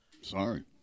Sorry